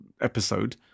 episode